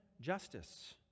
justice